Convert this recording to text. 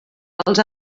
els